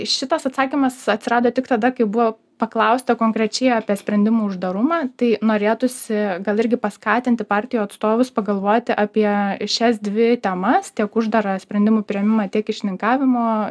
šitas atsakymas atsirado tik tada kai buvo paklausta konkrečiai apie sprendimų uždarumą tai norėtųsi gal irgi paskatinti partijų atstovus pagalvoti apie šias dvi temas tiek uždarą sprendimų priėmimą tiek kyšininkavimo